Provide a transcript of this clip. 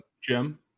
Jim